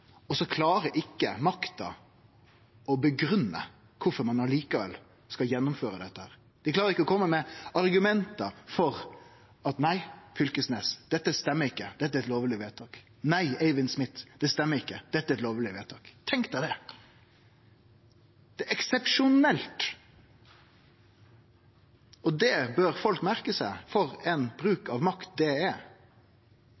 og så klarer ikkje makta å grunngi kvifor ein likevel skal gjennomføre dette. Dei klarer ikkje å kome med argument for å seie: Nei, Fylkesnes, dette stemmer ikkje – dette er eit lovleg vedtak; nei, Eivind Smith, det stemmer ikkje – dette er eit lovleg vedtak. Tenk det – det er eksepsjonelt, og det bør folk merke seg. For ein